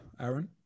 Aaron